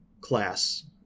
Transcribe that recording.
class